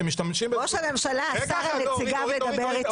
ראש הממשלה אסר על נציגיו לדבר איתי.